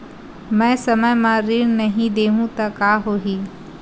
मैं समय म ऋण नहीं देहु त का होही